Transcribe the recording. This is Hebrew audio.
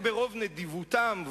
ברוב נדיבותם,